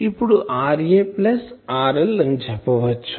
ఇప్పుడు RA plus RL అని చెప్పచ్చు